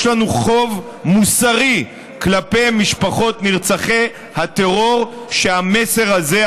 יש לנו חוב מוסרי כלפי משפחות נרצחי הטרור שהמסר הזה,